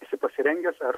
esi pasirengęs ar